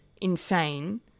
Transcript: insane